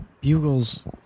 Bugles